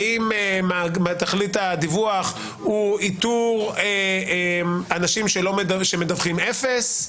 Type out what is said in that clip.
האם תכלית הדיווח היא איתור אנשים שמדווחים אפס?